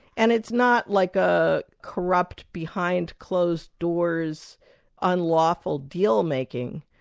and it's not like a corrupt behind-closed-doors unlawful deal making,